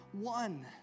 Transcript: one